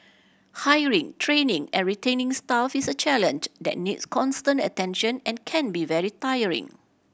hiring training and retaining staff is a challenge that needs constant attention and can be very tiring